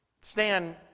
Stan